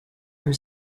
are